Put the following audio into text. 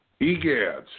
EGADS